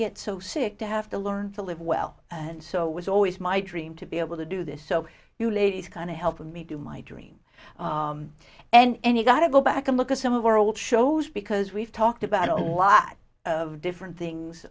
get so sick to have to learn to live well and so was always my dream to be able to do this so you ladies kind of help me do my dream and you got to go back and look at some of our old shows because we've talked about a lot of different things